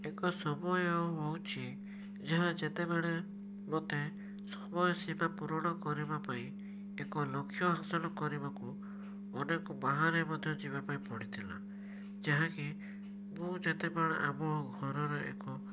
ଏକ ସମୟ ହେଉଛି ଯାହା ଯେତେବେଳେ ମୋତେ ସମୟ ସୀମା ପୂରଣ କରିବା ପାଇଁ ଏକ ଲକ୍ଷ୍ୟ ହାସଲ କରିବାକୁ ଅନେକ ବାହାରେ ମଧ୍ୟ ଯିବା ପାଇଁ ପଡ଼ିଥିଲା ଯାହାକି ମୁଁ ଯେତେବେଳେ ଆମ ଘରର ଏକ